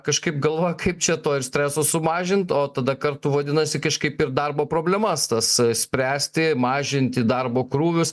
kažkaip galvoja kaip čia to ir streso sumažint o tada kartu vadinasi kažkaip ir darbo problemas tas spręsti mažinti darbo krūvius